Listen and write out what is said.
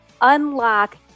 unlock